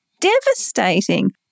devastating